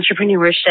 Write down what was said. entrepreneurship